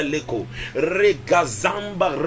Regazamba